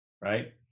right